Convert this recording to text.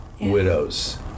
widows